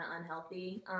unhealthy